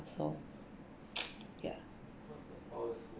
so ya